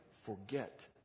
forget